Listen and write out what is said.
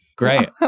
great